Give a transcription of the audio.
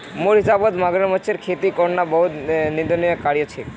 मोर हिसाबौत मगरमच्छेर खेती करना बहुत निंदनीय कार्य छेक